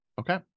Okay